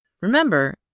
Remember